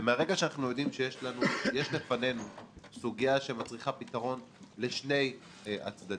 מהרגע שאנחנו יודעים שיש לפנינו סוגיה שמצריכה פתרון לשני הצדדים,